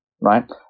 right